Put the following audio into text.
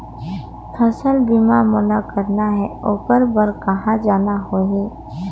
फसल बीमा मोला करना हे ओकर बार कहा जाना होही?